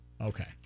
Okay